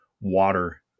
water